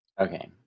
okay